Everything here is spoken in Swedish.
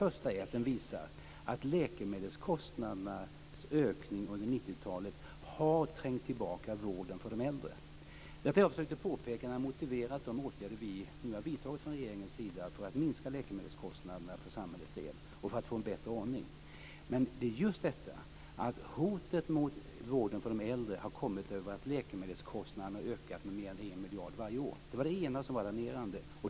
Först visas att ökningen av läkemedelskostnaderna under 90-talet har trängt tillbaka vården för de äldre. Detta är ett påpekande som motiverar de åtgärder som regeringen har vidtagit för att minska läkemedelskostnaderna för samhällets del. Det alarmerande är att hotet mot vården för de äldre beror på att läkemedelskostnaderna har ökat med mer än 1 miljard kronor per år.